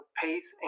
pace